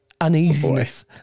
uneasiness